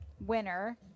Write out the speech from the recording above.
winner